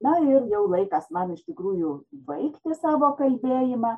na ir jau laikas man iš tikrųjų baigti sąvoka kalbėjimą